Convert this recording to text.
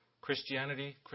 Christianity